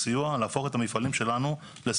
יש מספיק יבואנים במדינת ישראל שמביאים